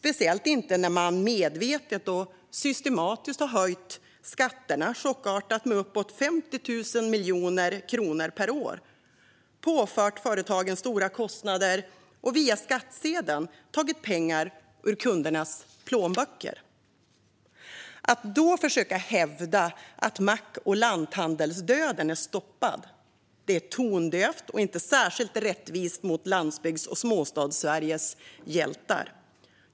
Det gäller speciellt när man medvetet och systematiskt har chockhöjt skatterna med uppåt 50 000 miljoner kronor per år, påfört företagen stora kostnader och via skattsedeln tagit pengar ur kundernas plånböcker. Att då försöka hävda att mack och lanthandelsdöden är stoppad är tondövt och inte särskilt rättvist mot Landsbygds och Småstadssveriges hjältar.